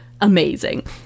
amazing